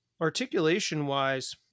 Articulation-wise